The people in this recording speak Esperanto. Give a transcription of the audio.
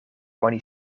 oni